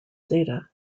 data